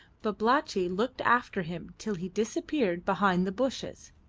babalatchi looked after him till he disappeared behind the bushes.